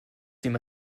dem